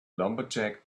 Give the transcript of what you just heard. lumberjack